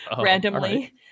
randomly